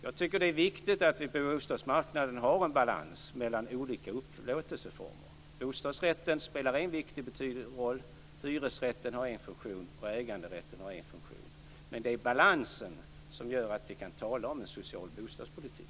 Jag tycker att det är viktigt att det råder balans på bostadsmarknaden mellan olika upplåtelseformer. Bostadsrätten spelar en viktig roll, hyresrätten har en funktion och äganderätten har en annan funktion. Men det är balansen som gör att vi kan tala om en social bostadspolitik.